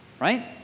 right